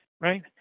right